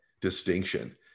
distinction